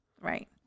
right